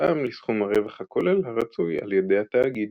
מותאם לסכום הרווח הכולל הרצוי על ידי התאגיד.